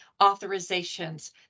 authorizations